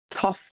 tough